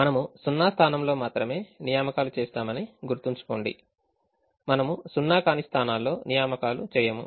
మనము సున్నా స్థానాల్లో మాత్రమే నియామకాలు చేస్తామని గుర్తుంచుకోండి మనము సున్నా కాని స్థానాల్లో నియామకాలు చేయము